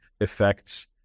effects